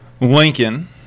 Lincoln